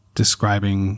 describing